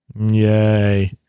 Yay